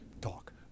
talk